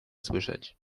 słyszeć